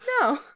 No